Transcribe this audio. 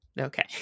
Okay